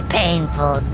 painful